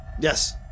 Yes